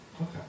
Okay